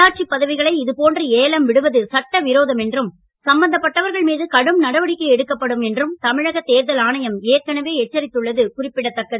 உள்ளாட்சிப்பதவிகளை இதுபோன்று ஏலம் விடுவது சட்டவிரோதம் என்றும் சம்பந்தப்பட்டவர்கள் மீது கடும் நடவடிக்கை எடுக்கப்படும் என்றும் தமிழக தேர்தல் ஆணையம் ஏற்கனவே எச்சரித்துள்ளது குறிப்பிடத்தக்கது